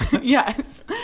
Yes